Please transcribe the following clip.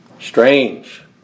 Strange